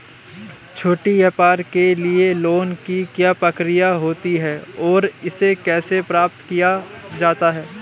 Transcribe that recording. छोटे व्यापार के लिए लोंन की क्या प्रक्रिया होती है और इसे कैसे प्राप्त किया जाता है?